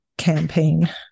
campaign